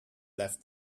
left